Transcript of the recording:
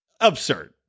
Absurd